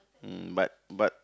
mm but but